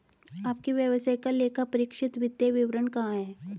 आपके व्यवसाय का लेखापरीक्षित वित्तीय विवरण कहाँ है?